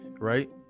right